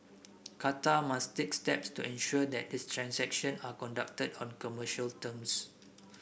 Qatar must take steps to ensure that the transactions are conducted on commercial terms